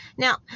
Now